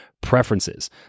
preferences